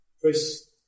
Chris